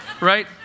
Right